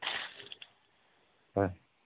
ꯍꯣꯏ